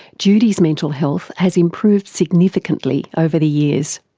judy's mental health has improved significantly over the years.